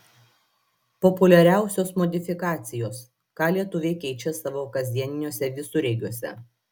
populiariausios modifikacijos ką lietuviai keičia savo kasdieniniuose visureigiuose